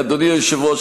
אדוני היושב-ראש,